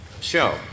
show